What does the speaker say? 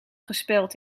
gespeld